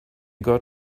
got